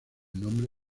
nombre